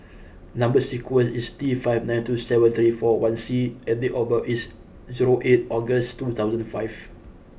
number sequence is T five nine two seven three four one C and date of birth is zero eight August two thousand five